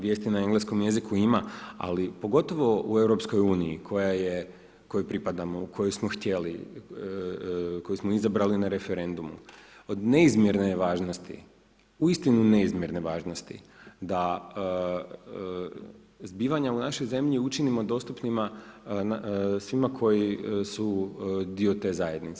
Vijesti na engleskom jeziku ima, ali pogotovo u EU kojoj pripadamo, u koju smo htjeli, koju smo izabrali na referendumu, od neizmjerne je važnosti, uistinu neizmjerne važnosti da zbivanja u našoj zemlji učinimo dostupnima svima koji su dio te zajednice.